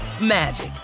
magic